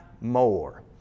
more